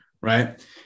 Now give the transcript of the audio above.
right